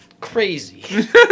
Crazy